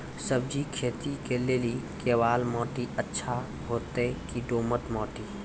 सब्जी खेती के लेली केवाल माटी अच्छा होते की दोमट माटी?